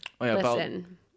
listen